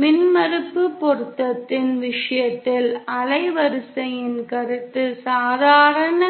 மின்மறுப்பு பொருத்தத்தின் விஷயத்தில் அலைவரிசையின் கருத்து சாதாரண